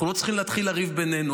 אנחנו לא צריכים להתחיל לריב בינינו.